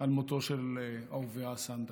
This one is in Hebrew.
על מותו של אהוביה סנדק.